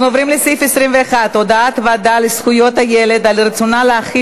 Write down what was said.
אנחנו עוברים לסעיף 21: הודעת הוועדה לזכויות הילד על רצונה להחיל